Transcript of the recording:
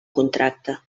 contracte